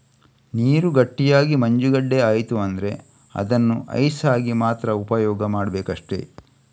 ನೀರು ಗಟ್ಟಿಯಾಗಿ ಮಂಜುಗಡ್ಡೆ ಆಯ್ತು ಅಂದ್ರೆ ಅದನ್ನ ಐಸ್ ಆಗಿ ಮಾತ್ರ ಉಪಯೋಗ ಮಾಡ್ಬೇಕಷ್ಟೆ